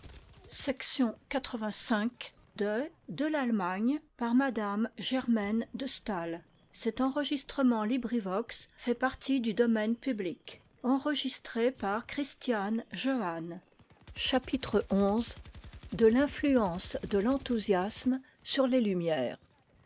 de mourir examinons maintenant l'influence de l'enthousiasme sur les lumières